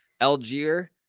Algier